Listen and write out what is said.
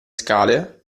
scale